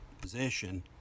position